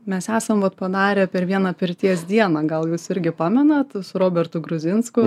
mes esam vat padarę per vieną pirties dieną gal jūs irgi pamenat su robertu grudzinsku